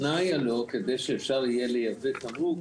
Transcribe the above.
התנאי הלא כדי שאפשר יהיה לייבא תמרוק,